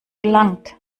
gelangt